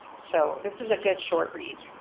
so this is a good short read.